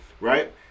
right